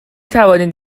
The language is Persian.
توانید